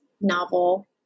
novel